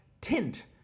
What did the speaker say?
tint